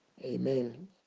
Amen